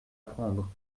prendre